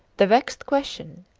the vexed question,